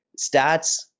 stats